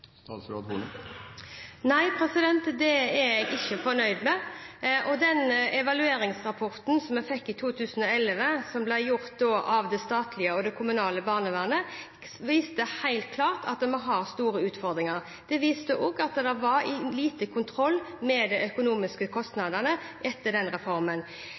det er jeg ikke fornøyd med. Den evalueringsrapporten som vi fikk i 2011, om det statlige og det kommunale barnevernet, viste helt klart at vi har store utfordringer. Den viste også at det var liten kontroll med de økonomiske kostnadene etter reformen. Det var derfor jeg satte i gang den